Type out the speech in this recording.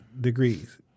degrees